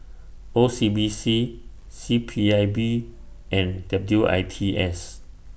O C B C C P I B and W I T S